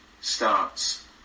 starts